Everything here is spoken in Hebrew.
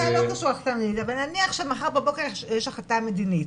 בסוף בלי החלטה מדינית --- אבל נניח שמחר בבוקר יש החלטה מדינית,